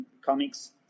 Comics